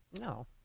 No